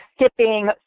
skipping